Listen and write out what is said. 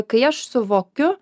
kai aš suvokiu